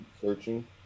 searching